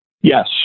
Yes